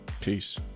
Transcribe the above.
Peace